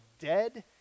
dead